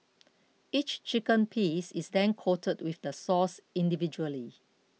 each chicken piece is then coated with the sauce individually